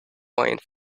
wine